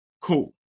Cool